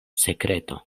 sekreto